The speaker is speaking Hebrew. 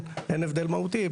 למה אתה מדבר על זה עכשיו?